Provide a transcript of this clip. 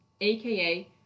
aka